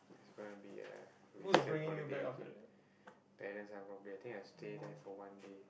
it's gonna be a wasted holiday again parents are probably I think I stay there for one day